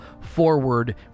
forward